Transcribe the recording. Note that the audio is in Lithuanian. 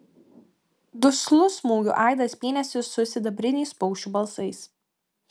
duslus smūgių aidas pynėsi su sidabriniais paukščių balsais